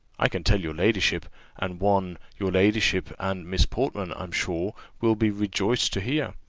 i can tell your ladyship and one, your ladyship and miss portman, i'm sure, will be rejoiced to hear.